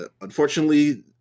Unfortunately